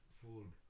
food